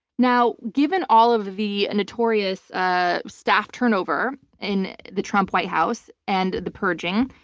now, given all of the notorious ah staff turnover in the trump white house and the purging,